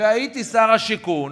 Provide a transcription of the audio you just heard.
והייתי שר השיכון,